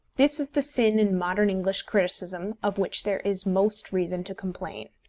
this is the sin in modern english criticism of which there is most reason to complain.